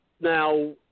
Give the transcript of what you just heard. Now